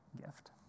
gift